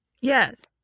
Yes